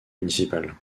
municipales